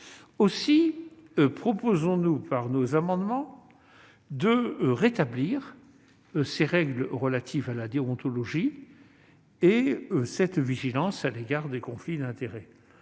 Aussi nous proposerons, par amendement, de rétablir les règles relatives à la déontologie et cette vigilance à l'égard des conflits d'intérêts.